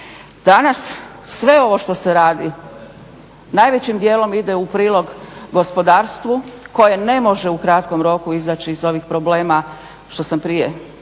Danas, sve ovo što se radi najvećim djelom ide u prilog gospodarstvu koje ne može u kratkom roku izaći iz ovih problema što sam prije rekla